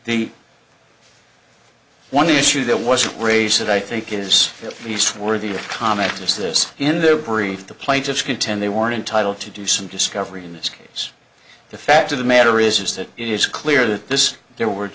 the one issue that was raised that i think is fair use worthy of comment is this in their brief the plaintiffs contend they weren't entitled to do some discovery in this case the fact of the matter is is that it is clear that this there were